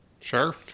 Sure